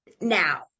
now